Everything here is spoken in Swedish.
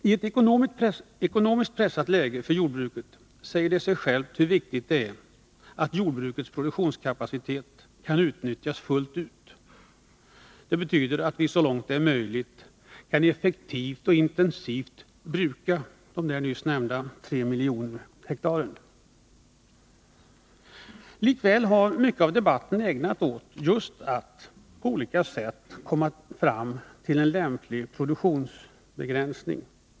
I ett ekonomiskt pressat läge för jordbruket säger det sig självt att det är viktigt att jordbrukets produktionskapacitet kan utnyttjas fullt ut, dvs. att vi så långt det är möjligt kan effektivt och intensivt bruka de 3 miljoner hektar jag nyss nämnde. Likväl har mycket av debatten ägnats just åt hur man skall kunna komma fram till en lämplig produktionsbegränsning.